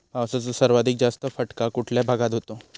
पावसाचा सर्वाधिक जास्त फटका कुठल्या भागात होतो?